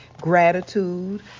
gratitude